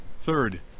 third